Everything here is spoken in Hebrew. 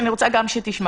אני רוצה גם שתשמע,